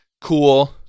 Cool